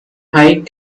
high